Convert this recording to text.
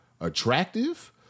attractive